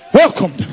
Welcome